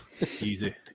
Easy